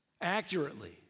accurately